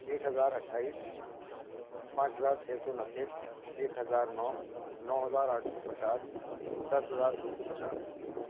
ایک ہزار اٹھائیس پانچ ہزار چھ سو نوے ایک ہزار نو نو ہزار آٹھ سو پچاس دس ہزار دو سو پچاس